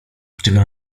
czego